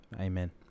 Amen